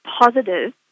positive